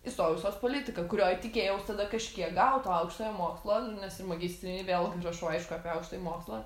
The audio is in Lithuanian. įstojau į soc politiką kurioj tikėjaus tada kažkiek gaut to aukštojo mokslo nes ir magistrinį vėl gi rašau aišku apie aukštąjį mokslą